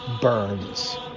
burns